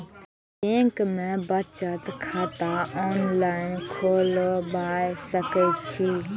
Bank में बचत खाता ऑनलाईन खोलबाए सके छी?